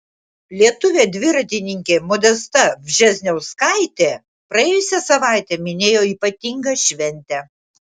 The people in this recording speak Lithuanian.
lietuvė dviratininkė modesta vžesniauskaitė praėjusią savaitę minėjo ypatingą šventę